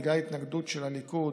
בגלל התנגדות של הליכוד,